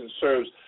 serves